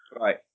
Right